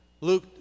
luke